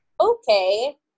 okay